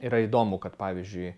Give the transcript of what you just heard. yra įdomu kad pavyzdžiui